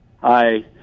hi